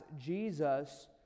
Jesus